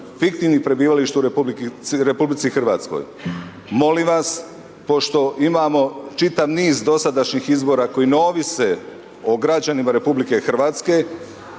fiktivnih prebivališta u RH. Molim vas pošto imamo čitav niz dosadašnjih izbora koji ne ovise o građanima RH,